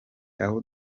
aho